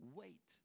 wait